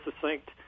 succinct